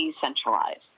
decentralized